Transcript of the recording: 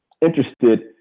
interested